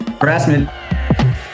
Harassment